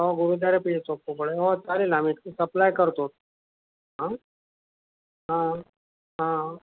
हो गुरुद्वारापाशी सोपं पडेल हो चालेल मी सप्लाय करतो हा हा हा